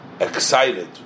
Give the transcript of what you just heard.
excited